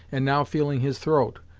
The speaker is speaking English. and now feeling his throat,